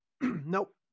Nope